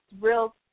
real